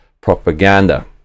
propaganda